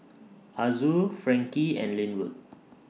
Azul Frankie and Lynwood